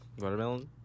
Watermelon